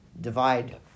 divide